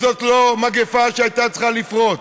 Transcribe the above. זאת לא מגפה שהייתה צריכה לפרוץ.